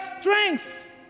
strength